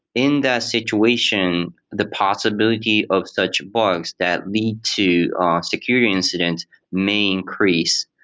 in that situation, the possibility of such bugs that lead to security incidents may increase.